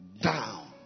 down